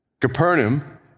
Capernaum